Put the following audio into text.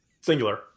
Singular